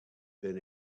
been